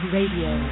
Radio